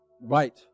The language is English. right